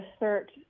assert